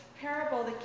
parable